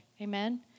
Amen